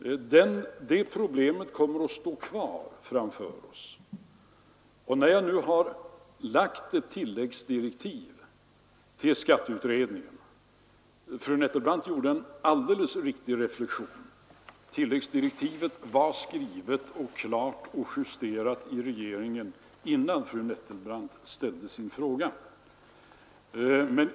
Det problemet kommer att stå kvar framför oss. Jag har nu lagt ett tilläggsdirektiv till skatteutredningen, och fru Nettelbrandt gjorde en alldeles riktig reflexion: tilläggsdirektivet var skrivet, klart och justerat i regeringen innan fru Nettelbrandt ställde sin fråga.